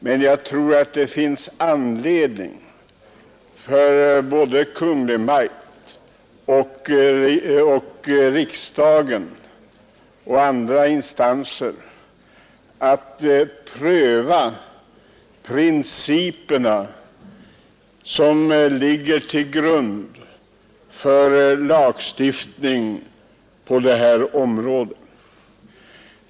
Men jag tror att det finns anledning för såväl Kungl. Maj:t och riksdagen som andra instanser att pröva de principer som ligger till grund för lagstiftningen på det här området.